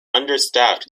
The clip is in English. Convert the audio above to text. understaffed